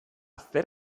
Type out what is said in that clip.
zer